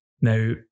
Now